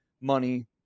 money